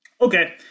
Okay